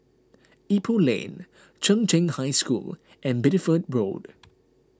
Ipoh Lane Chung Cheng High School and Bideford Road